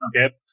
Okay